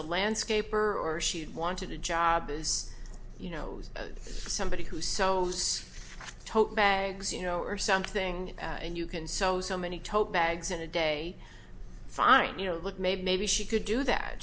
a landscaper or she wanted a job as you know somebody who sews total bags you know or something and you can sew so many tote bags in a day fine you know look maybe maybe she could do that